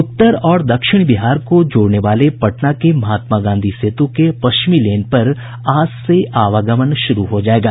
उत्तर और दक्षिण बिहार को जोड़ने वाले पटना के महात्मा गांधी सेतु के पश्चिमी लेन पर आज से आवागमन शुरू हो जायेगा